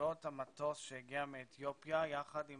הבעיה הייתה